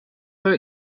were